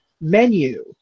menu